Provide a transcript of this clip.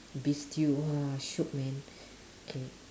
beef stew !wah! shiok man K